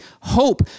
hope